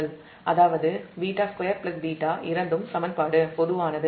அதாவது β2 β இரண்டும் சமன்பாடு பொதுவானது